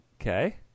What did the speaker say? Okay